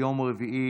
יום רביעי,